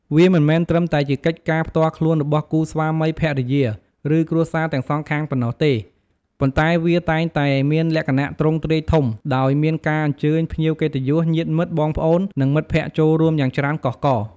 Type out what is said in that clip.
វាមិនមែនត្រឹមតែជាកិច្ចការផ្ទាល់ខ្លួនរបស់គូស្វាមីភរិយា ឬគ្រួសារទាំងសងខាងប៉ុណ្ណោះទេ ប៉ុន្តែវាតែងតែមានលក្ខណៈទ្រង់ទ្រាយធំ ដោយមានការអញ្ជើញភ្ញៀវកិត្តិយស ញាតិមិត្ត បងប្អូន និងមិត្តភក្តិចូលរួមយ៉ាងច្រើនកុះករ។